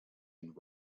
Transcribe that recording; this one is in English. and